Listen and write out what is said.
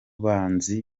banzi